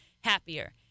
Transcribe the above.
happier